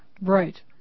right